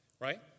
right